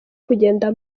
kugenda